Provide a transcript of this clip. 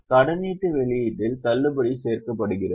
எனவே கடனீட்டு வெளியீட்டில் தள்ளுபடி சேர்க்கப்படுகிறது